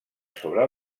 sobre